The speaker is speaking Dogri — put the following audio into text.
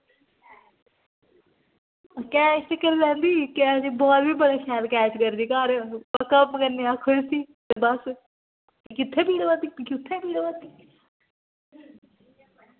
कैच ते करी लैंदी कैच ते बाल बी बड़ा शैल कैच करदी घर पर कम्म करने आक्खो इस्सी ते बस मिकी इत्थै पीड़ होआ दी मिकी उत्थै पीड़ होआ दी